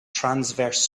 transverse